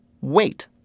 wait